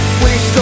waste